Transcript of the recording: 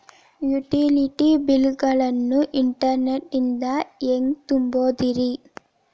Utility bill ಗಳನ್ನ internet ನಿಂದ ಹೆಂಗ್ ತುಂಬೋದುರಿ?